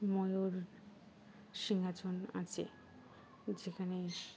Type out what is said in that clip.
ময়ূর সিংহাসন আছে যেখানে